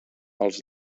els